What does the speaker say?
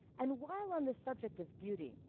and while on the subject of beauty,